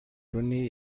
rooney